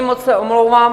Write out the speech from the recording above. Moc se omlouvám.